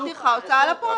שכר טרחה של ההוצאה לפועל,